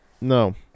No